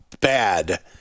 bad